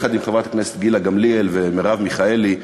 יחד עם חברות הכנסת גילה גמליאל ומרב מיכאלי,